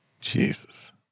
Jesus